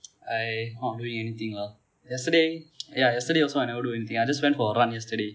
I not doing anything lah yesterday ya yesterday also I never do anything I just went for a run yesterday